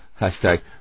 Hashtag